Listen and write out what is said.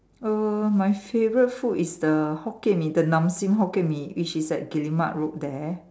err my favorite food is the Hokkien Mee the Nam Sing Hokkien Mee which is at Guillemard Road there